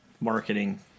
marketing